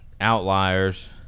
outliers